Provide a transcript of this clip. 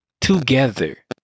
together